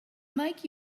make